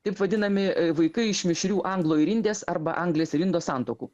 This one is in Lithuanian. taip vadinami vaikai iš mišrių anglų ir indės arba anglės ir indo santuokų